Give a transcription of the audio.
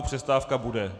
Přestávka bude.